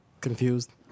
confused